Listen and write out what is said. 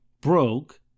broke